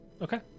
okay